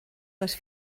les